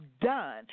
done